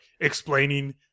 explaining